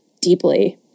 deeply